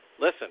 Listen